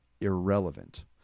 irrelevant